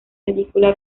película